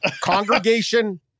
Congregation